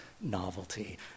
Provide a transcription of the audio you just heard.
novelty